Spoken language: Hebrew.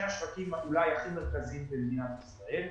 השווקים אולי הכי מרכזיים במדינת ישראל,